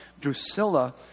Drusilla